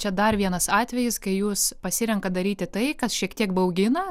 čia dar vienas atvejis kai jūs pasirenkat daryti tai kas šiek tiek baugina